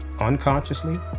unconsciously